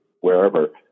wherever